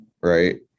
Right